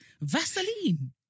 Vaseline